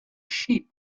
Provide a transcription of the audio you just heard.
sheep